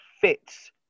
fits